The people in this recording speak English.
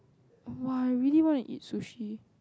[wah] I really want to eat sushi